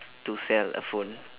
to sell a phone